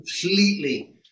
completely